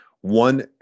one